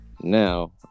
Now